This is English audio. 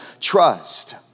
trust